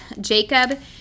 Jacob